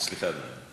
סליחה, אדוני.